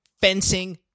fencing